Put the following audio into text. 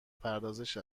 پردازش